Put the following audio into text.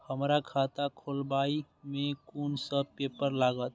हमरा खाता खोलाबई में कुन सब पेपर लागत?